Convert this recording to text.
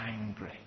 angry